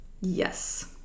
Yes